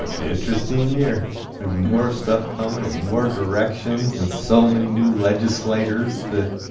but interesting year, and more stuff coming in more directions, and so many new legislators that